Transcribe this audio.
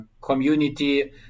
community